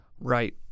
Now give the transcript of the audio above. right